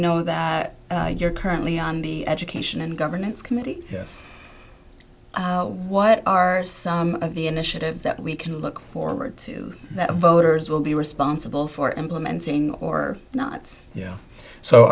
know that you're currently on the education and governance committee what are the initiatives that we can look forward to that voters will be responsible for implementing or not yeah so